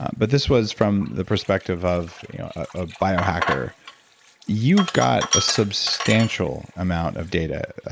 but this was from the perspective of ah biohacker you've got a substantial amount of data.